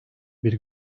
bir